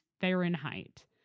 Fahrenheit